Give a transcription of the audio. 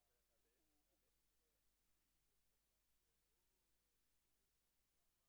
ברגע שאתה בא ואומר: גם אם ORS היא חברת בת שלה,